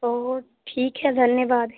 ओह ठीक है धन्यवाद